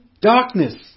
darkness